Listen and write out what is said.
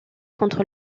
contre